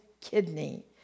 kidney